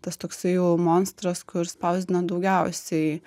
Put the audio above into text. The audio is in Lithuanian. tas toksai jau monstras kur spausdina daugiausiai